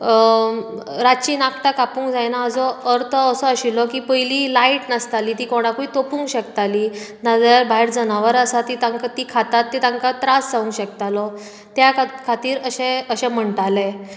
रातचीं नाखटां कापूंक जायना हाजो अर्थ असो आशिल्लो की पयलीं लायट नासताली ती कोणाकूय तोपूंक शकताली नाजाल्यार भायर जनावरां आसा तीं तांकां तीं खातात तीं तांकां त्रास जावंक शकतालो त्या खात खातीर अशें अशें म्हणटाले